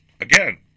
Again